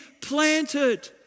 planted